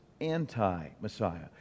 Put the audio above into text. anti-Messiah